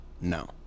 no